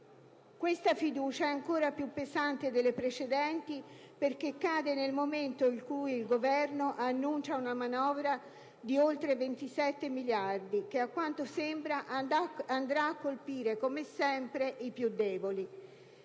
Questa fiducia è ancora più pesante delle precedenti perché cade nel momento in cui il Governo annuncia una manovra di oltre 27 miliardi che, a quanto sembra, andrà a colpire, come sempre, i più deboli.